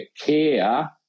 care